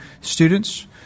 students